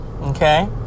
okay